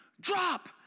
Drop